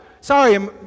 Sorry